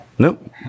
Nope